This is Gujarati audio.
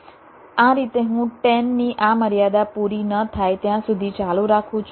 આ રીતે હું 10ની આ મર્યાદા પૂરી ન થાય ત્યાં સુધી ચાલુ રાખું છું